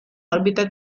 orbita